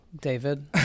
David